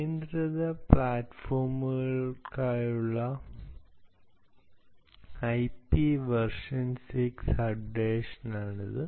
നിയന്ത്രിത പ്ലാറ്റ്ഫോമുകൾക്കായുള്ള IPv6 അഡാപ്റ്റേഷനാണിത്